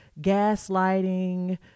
gaslighting